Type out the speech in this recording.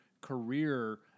career